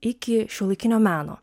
iki šiuolaikinio meno